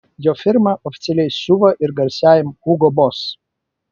jo firma oficialiai siuva ir garsiajam hugo boss